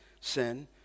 sin